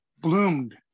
bloomed